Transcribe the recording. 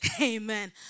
Amen